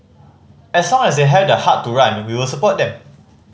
as long as they have the heart to run we will support them